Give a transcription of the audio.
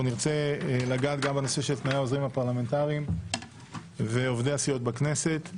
נרצה לגעת גם בנושא של תנאי העוזרים הפרלמנטריים ועובדי הסיעות בכנסת.